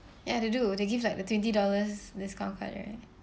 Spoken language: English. ya they do they give like the twenty dollars discount card right